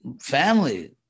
family